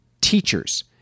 teachers